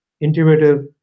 intuitive